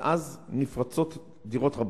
ואז נפרצות דירותיהם.